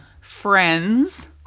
Friends